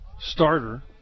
starter